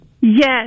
Yes